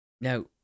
Now